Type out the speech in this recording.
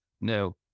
No